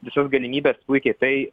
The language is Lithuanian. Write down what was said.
visos galimybės puikiai tai